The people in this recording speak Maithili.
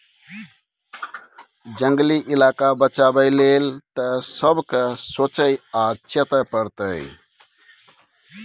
जंगली इलाका बचाबै लेल तए सबके सोचइ आ चेतै परतै